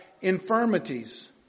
infirmities